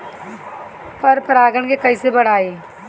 पर परा गण के कईसे बढ़ाई?